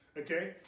Okay